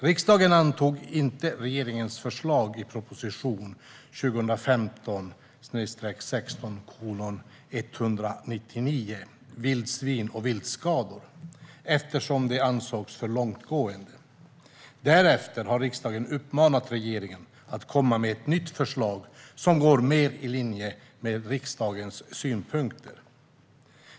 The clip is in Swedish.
Riksdagen antog inte regeringens förslag i proposition 2015/16:199 Vildsvin och viltskador eftersom det ansågs för långtgående. Därefter har riksdagen uppmanat regeringen att komma med ett nytt förslag som går mer i linje med riksdagens synpunkter.